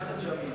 ניקח את שמיר,